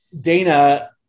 Dana